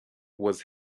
was